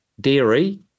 dairy